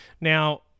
Now